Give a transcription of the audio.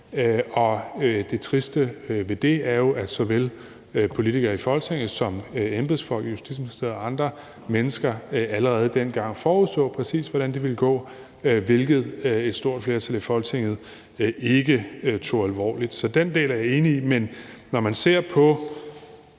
Det triste ved det er jo, at såvel politikere i Folketinget som embedsfolk i Justitsministeriet og andre mennesker allerede dengang forudså, præcis hvordan det ville gå, hvilket et stort flertal i Folketinget ikke tog alvorligt. Så den del er jeg enig i.